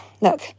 look